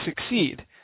succeed